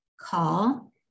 call